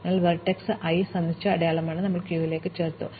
അതിനാൽ vertex i സന്ദർശിച്ച അടയാളമാണ് ഞങ്ങൾ ക്യൂവിലേക്ക് ചേർത്തു